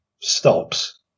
Stops